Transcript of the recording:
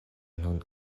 nun